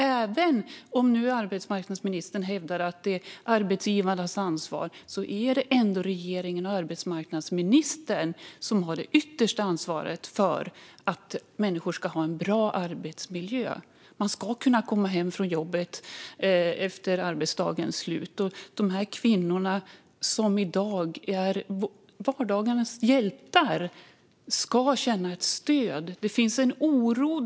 Även om arbetsmarknadsministern hävdar att det är arbetsgivarnas ansvar är det ändå regeringen och arbetsmarknadsministern som har det yttersta ansvaret för att människor ska ha en bra arbetsmiljö. Man ska kunna komma hem från jobbet efter arbetsdagens slut, och de kvinnor som i dag är vardagens hjältar ska känna ett stöd. Det finns en oro.